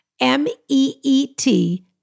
M-E-E-T